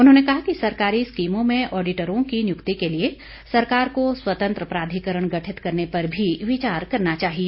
उन्होंने कहा कि सरकारी स्कीमों में ऑडिटरों की नियुक्ति के लिए सरकार को स्वतंत्र प्राधिकरण गठित करने पर भी विचार करना चाहिए